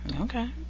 Okay